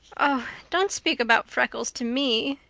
oh, don't speak about freckles to me,